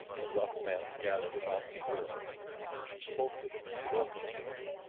the rough men gathered about the girl, and when she spoke to them in broken english,